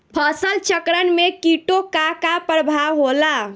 फसल चक्रण में कीटो का का परभाव होला?